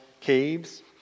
caves